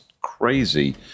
crazy